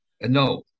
No